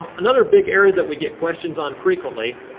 um another big area that we get questions on frequent y